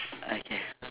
okay